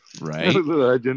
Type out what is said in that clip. Right